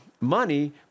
money